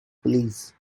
please